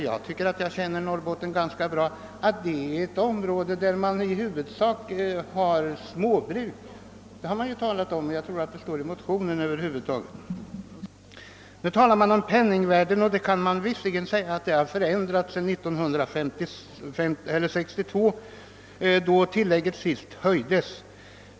Jag tycker att jag känner Norrbotten ganska bra, och det har även sagts mig att där huvudsakligen finns småbruk — jag tror t.o.m. att det står i motionen. Man talar om att penningvärdet har förändrats sedan 1962, då tillägget senast höjdes.